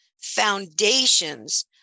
foundations